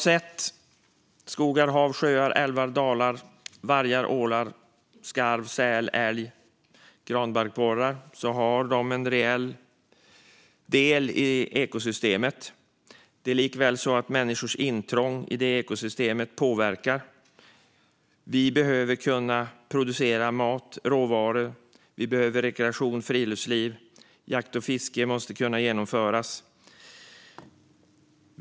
Skogar, hav, sjöar, älvar, dalar, vargar, ålar, skarv, säl, älg och granbarkborrar är reella delar i ekosystemet. Det är likväl så att människors intrång i det ekosystemet påverkar. Vi behöver kunna producera mat och råvaror. Vi behöver rekreation och friluftsliv. Och jakt och fiske måste kunna genomföras.